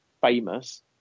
famous